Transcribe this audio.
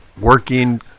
working